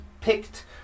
picked